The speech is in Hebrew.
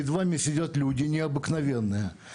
זה בעצם נס אמיתי שבן אדם שחטף רמות לא נורמליות של קרינה שהוא חי עד